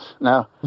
Now